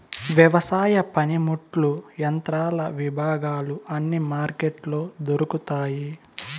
వ్యవసాయ పనిముట్లు యంత్రాల విభాగాలు అన్ని మార్కెట్లో దొరుకుతాయి